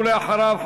ואחריו,